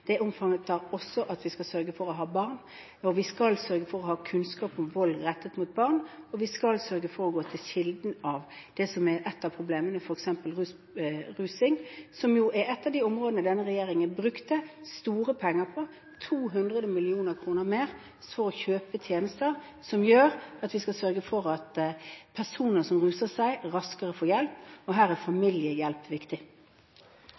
skal sørge for å ha kunnskap om vold rettet mot barn, og vi skal sørge for å gå til kilden av det som er ett av problemene, nemlig rusing. Det er ett av de områdene hvor denne regjeringen har brukt store penger, 200 mill. kr mer, på å kjøpe tjenester, som gjør at vi skal sørge for at personer som ruser seg, raskere får hjelp, og her er